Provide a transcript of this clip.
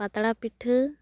ᱯᱟᱛᱲᱟ ᱯᱤᱴᱷᱟᱹ